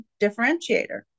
differentiator